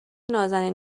نازنین